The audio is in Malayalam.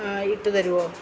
ഇട്ടുതരുമോ